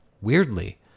Weirdly